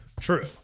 True